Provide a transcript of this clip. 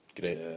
great